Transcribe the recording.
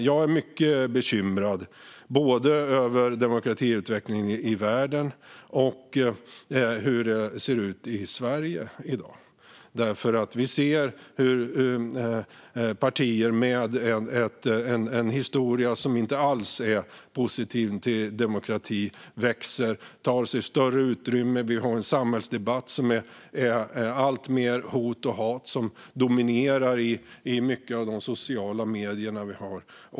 Jag är mycket bekymrad över både demokratiutvecklingen i världen och hur det ser ut i Sverige i dag, för vi ser hur partier med en historia som inte alls är positiv till demokrati växer och tar större utrymme. Vi har en samhällsdebatt i många sociala medier där alltmer hot och hat dominerar.